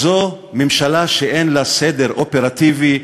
זו ממשלה שאין לה סדר אופרטיבי,